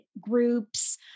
groups